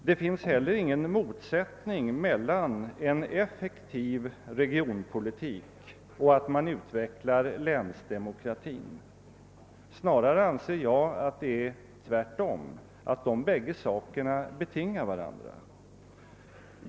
Det finns heller ingen motsättning mellan en effektiv regionalpolitik och en utveckling av länsdemokratin. Jag anser snarare att dessa bägge faktorer betingar varandra.